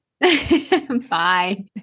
bye